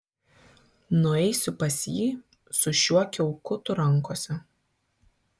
nueisiu pas jį su šiuo kiaukutu rankose